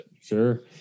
Sure